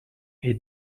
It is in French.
est